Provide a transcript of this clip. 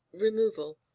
removal